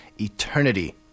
eternity